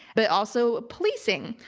but also policing.